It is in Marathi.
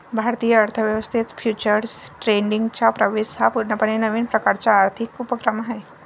भारतीय अर्थ व्यवस्थेत फ्युचर्स ट्रेडिंगचा प्रवेश हा पूर्णपणे नवीन प्रकारचा आर्थिक उपक्रम आहे